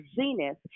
zenith